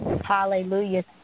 Hallelujah